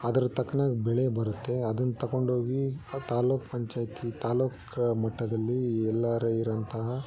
ಅದ್ರ ತಕ್ಕದಾಗಿ ಬೆಳೆ ಬರುತ್ತೆ ಅದನ್ನು ತೊಗೊಂಡೋಗಿ ತಾಲ್ಲೂಕು ಪಂಚಾಯಿತಿ ತಾಲ್ಲೂಕು ಮಟ್ಟದಲ್ಲಿ ಎಲ್ಲಾರು ಇರೊಂತಹ